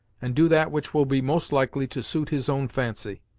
and do that which will be most likely to suit his own fancy.